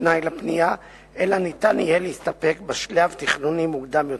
כתנאי לפנייה אלא ניתן יהא להסתפק בשלב תכנוני מקודם יותר.